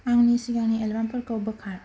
आंनि सिगांनि एलार्मफोरखौ बोखार